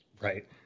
Right